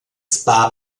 spa